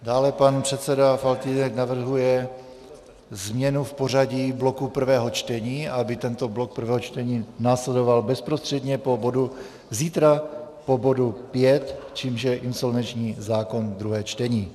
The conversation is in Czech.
Dále pan předseda Faltýnek navrhuje změnu v pořadí bloku prvého čtení, aby tento blok prvého čtení následoval bezprostředně zítra po bodu 5, jímž je insolvenční zákon, druhé čtení.